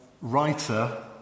writer